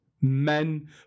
men